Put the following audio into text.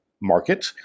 market